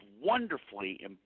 wonderfully